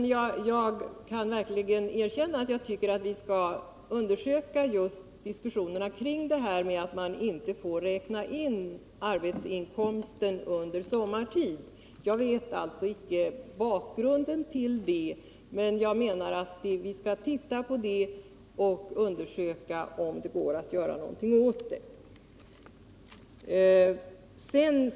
Jag kan erkänna att jag tycker att vi skall undersöka just diskussionerna kring det förhållandet att man inte får räkna in arbetsinkomst för arbete under sommartid. Jag känner inte till bakgrunden till dessa bestämmelser, men jag menar att vi skall titta på dem och se om det går att göra någonting åt problemet.